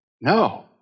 No